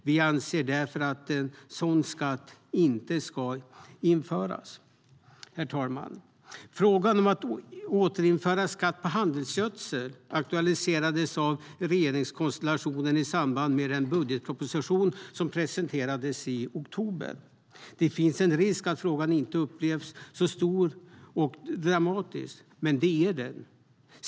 Vi anser därför att en sådan skatt inte ska införas. Herr talman! Frågan om att återinföra en skatt på handelsgödsel aktualiserades av regeringskonstellationen i samband med den budgetproposition som presenterades i oktober. Det finns en risk att frågan inte upplevs som så stor och dramatisk, men det är den.